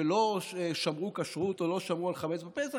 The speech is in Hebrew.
שלא שמרו כשרות או לא שמרו על חמץ בפסח,